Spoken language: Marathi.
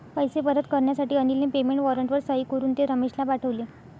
पैसे परत करण्यासाठी अनिलने पेमेंट वॉरंटवर सही करून ते रमेशला पाठवले